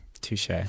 Touche